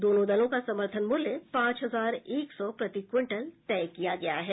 दोनों दलों का समर्थन मूल्य पांच हजार एक सौ प्रति क्विंटल तय किया गया है